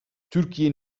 türkiye